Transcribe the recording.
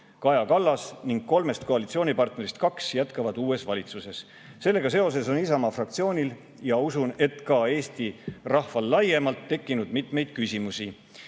Kaja Kallas ning kolmest koalitsioonipartnerist kaks jätkavad uues valitsuses. Sellega seoses on Isamaa fraktsioonil ja usun, et ka Eesti rahval laiemalt tekkinud mitmeid küsimusi.